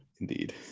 Indeed